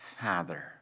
Father